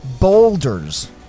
boulders